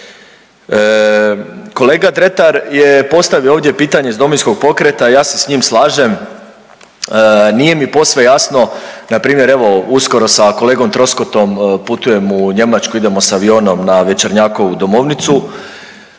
Kolega Dretar je postavio ovdje pitanje iz Domovinskog pokreta, ja se s njim slažem, nije mi posve jasno, npr. evo, uskoro sa kolegom Troskotom putujem u Njemačku, idemo s avionom na Večernjakovu domovnicu,